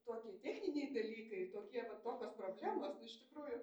tokie techniniai dalykai tokie va tokios problemos nu iš tikrųjų